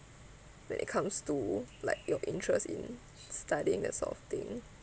when it comes to like your interest in studying that sort of thing